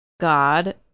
god